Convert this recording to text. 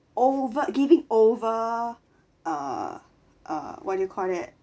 over giving over err err what do you call that